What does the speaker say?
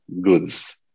goods